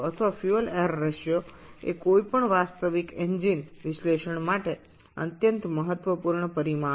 তবে বায়ু ও জ্বালানী অনুপাত বা জ্বালানী ও বায়ু অনুপাত যে কোনও বাস্তব ইঞ্জিন বিশ্লেষণের জন্য আরেকটি অত্যন্ত গুরুত্বপূর্ণ পরামিতি